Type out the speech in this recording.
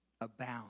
abound